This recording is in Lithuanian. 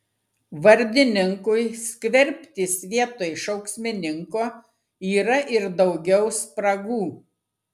vardininkui skverbtis vietoj šauksmininko yra ir daugiau spragų